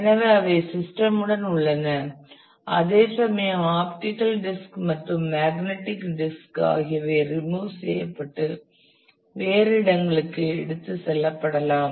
எனவே அவை சிஸ்டம் உடன் உள்ளன அதேசமயம் ஆப்டிகல் டிஸ்க் மற்றும் மேக்னடிக் டிஸ்க் ஆகியவை ரிமூவ் செய்யப்பட்டு வேறு இடங்களுக்கு எடுத்துச்செல்ல படலாம்